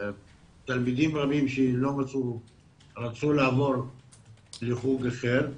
תלמידים רבים שרצו לעבור לחוג אחר,